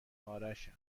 ارشم